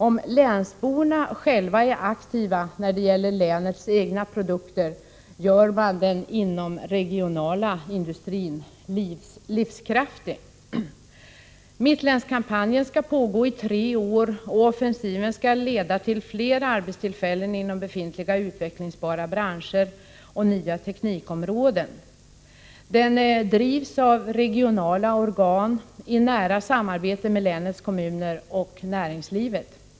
Om länsborna själva är aktiva när det gäller länets egna produkter gör de den inomregionala industrin livskraftig. Mitt-länskampanjen skall pågå i tre år, och offensiven skall leda till fler arbetstillfällen inom befintliga utvecklingsbara branscher och nya teknikområden. Den drivs av regionala organ i nära samarbete med länets kommuner och näringslivet.